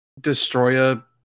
destroyer